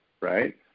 right